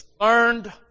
learned